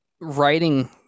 writing